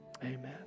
amen